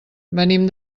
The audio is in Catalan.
venim